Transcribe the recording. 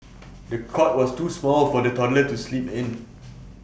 the cot was too small for the toddler to sleep in